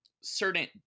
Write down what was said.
certain